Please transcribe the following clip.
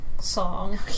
song